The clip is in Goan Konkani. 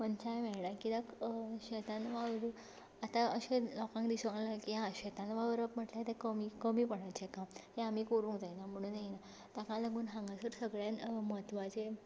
मनशान मेळणा कित्याक शेतान वावरूंक आतां अशें लोकांक दिसूंक लागलां की हां शेतान वावरप म्हणजे कमी कमीपणाचें काम हें आमी करूंक जायना म्हणून ताका लागून हांगासर सगल्यान म्हत्वाचें